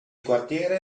quartiere